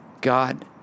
God